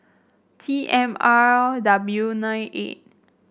T M R W nine eight